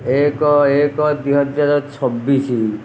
ଏକ ଏକ ଦୁଇ ହଜାର ଛବିଶି